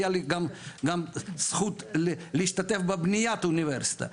היה לי גם זכות להשתתף בבניית האוניברסיטה,